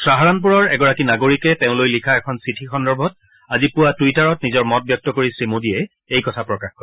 খাহাৰানপুৰৰ এগৰাকী নাগৰিকে তেওঁলৈ লিখা এখন চিঠি সন্দৰ্ভত আজি পুৱা টুইটাৰত নিজৰ মত ব্যক্ত কৰি শ্ৰী মোদীয়ে এই কথা প্ৰকাশ কৰে